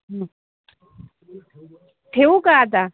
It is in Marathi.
ठेऊ का आता